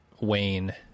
Wayne